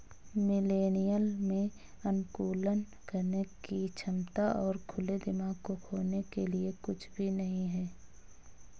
millennial में अनुकूलन करने की क्षमता और खुले दिमाग को खोने के लिए कुछ भी नहीं है